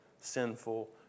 sinful